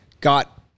got